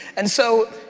and so,